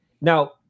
Now